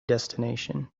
destination